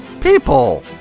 People